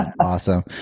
awesome